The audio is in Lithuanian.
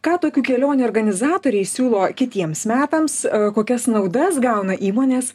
ką tokių kelionių organizatoriai siūlo kitiems metams kokias naudas gauna įmonės